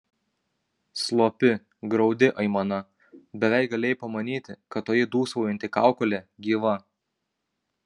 slopi graudi aimana beveik galėjai pamanyti kad toji dūsaujanti kaukolė gyva